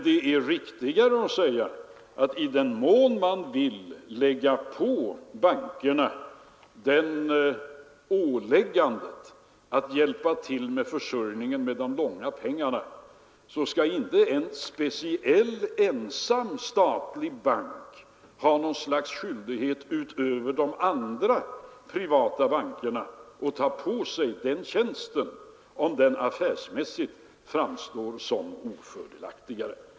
Det är riktigare att säga att i den mån man vill ålägga bankerna att hjälpa till med försörjningen av de långa pengarna, så skall inte en enda statlig bank ha något slags skyldighet att ensam ta på sig den tjänsten, om det affärsmässigt framstår som ofördelaktigt.